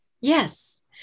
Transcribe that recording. Yes